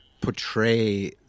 portray